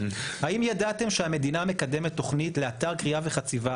האם ידעתם שהמדינה מקדמת תוכנית לאתר כרייה וחציבה,